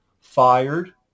fired